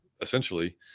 essentially